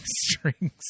strings